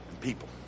people